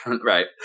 right